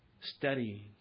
studying